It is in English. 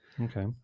okay